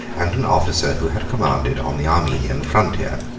and an officer who had commanded on the armenian frontier.